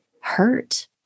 hurt